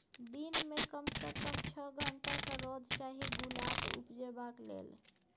दिन मे कम सँ कम छअ घंटाक रौद चाही गुलाब उपजेबाक लेल